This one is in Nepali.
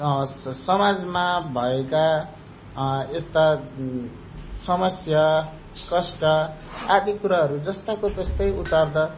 स समाजमा भएका यस्ता समस्या कष्ट आदि कुराहरू जस्ताको त्यस्तै उतार्दा